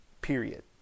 period